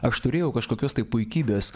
aš turėjau kažkokios tai puikybės